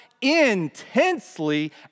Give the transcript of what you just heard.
intensely